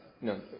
No